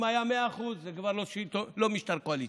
אם היה מאה אחוז, זה כבר היה לא משטר קואליציוני.